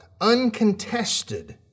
uncontested